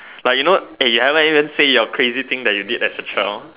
like you know eh you haven't even say your crazy thing that you did as a child